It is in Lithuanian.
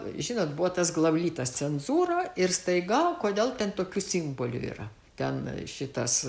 žinot buvo tas glavlitas cenzūra ir staiga o kodėl ten tokių simbolių yra ten šitas